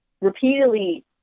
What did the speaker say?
repeatedly